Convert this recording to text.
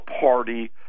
party